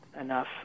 enough